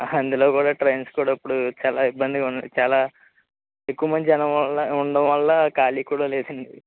అందులో కూడా ట్రైన్స్ కూడా ఇప్పుడు చాలా ఇబ్బందిగా ఉన్నాయి చాలా ఎక్కువ మంది జనం వల్ల ఉండటం వల్ల ఖాళీ కూడా లేదండి